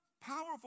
powerful